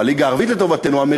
הליגה הערבית לטובתנו,